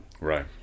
Right